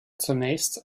zunächst